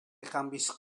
canvis